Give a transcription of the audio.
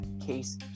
Case